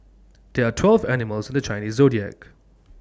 there are twelve animals in the Chinese Zodiac